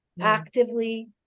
actively